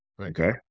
Okay